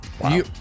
Wow